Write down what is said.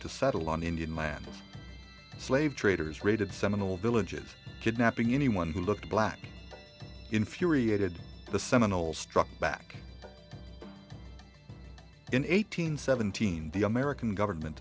to settle on the indian lands slave traders raided seminal villages kidnapping anyone who looked black infuriated the seminole struck back in eighteen seventeen the american government